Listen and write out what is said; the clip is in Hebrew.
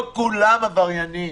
לא כולם עבריינים.